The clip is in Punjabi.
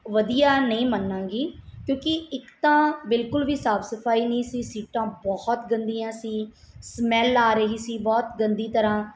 ਵਧੀਆ ਨਹੀਂ ਮੰਨਾਂਗੀ ਕਿਉਂਕਿ ਇੱਕ ਤਾਂ ਬਿਲਕੁਲ ਵੀ ਸਾਫ਼ ਸਫ਼ਾਈ ਨਹੀਂ ਸੀ ਸੀਟਾਂ ਬਹੁਤ ਗੰਦੀਆਂ ਸੀ ਸਮੈੱਲ ਆ ਰਹੀ ਸੀ ਬਹੁਤ ਗੰਦੀ ਤਰ੍ਹਾਂ